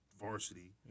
varsity